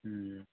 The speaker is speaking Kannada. ಹ್ಞೂ